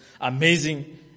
amazing